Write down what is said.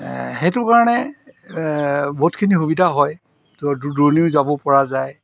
সেইটো কাৰণে বহুতখিনি সুবিধা হয় দূৰণিও যাব পৰা যায়